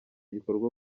gikorwa